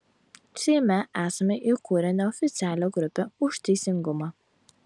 seime esame įkūrę neoficialią grupę už teisingumą